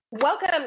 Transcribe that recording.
Welcome